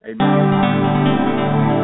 amen